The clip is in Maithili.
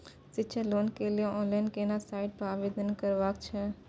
शिक्षा लोन के लिए ऑनलाइन केना साइट पर आवेदन करबैक छै?